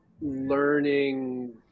learning